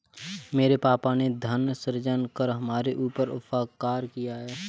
मेरे पापा ने धन सृजन कर हमारे ऊपर उपकार किया है